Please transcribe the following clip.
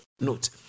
note